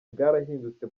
bwarahindutse